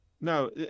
no